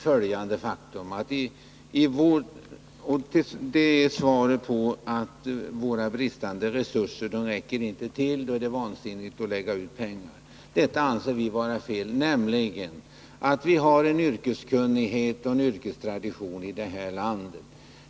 Man påstår att våra bristande resurser inte räcker till och att det är vansinne att lägga ut pengar. Vi har helt kort utgått från det faktum att detta är fel. Vi har nämligen en yrkeskunnighet och en yrkestradition i det här landet.